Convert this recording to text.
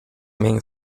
man